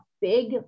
big